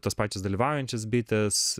tos pačios dalyvaujančios bitės